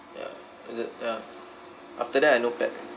ya is it ya after that I no pet already